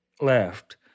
left